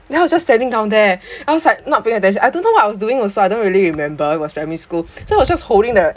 then I was just standing down there I was like not paying attention I don't know what I was doing also I don't really remember it was primary school so I was just holding the